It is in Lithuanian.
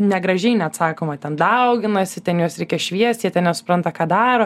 negražiai net sakoma ten dauginasi ten juos reikia šviest jie ten nesupranta ką daro